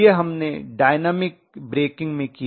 यह हमने dynamic braking में किया